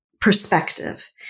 perspective